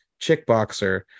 chickboxer